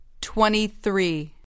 Twenty-three